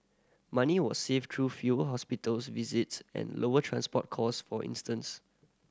money was saved through few hospitals visits and lower transport costs for instance